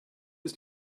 ist